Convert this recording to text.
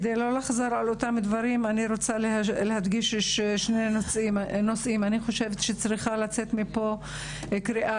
אני רוצה להדגיש שני נושאים: צריכה לצאת מפה קריאה